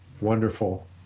wonderful